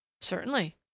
Certainly